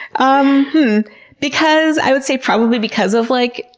um because, i would say, probably because of like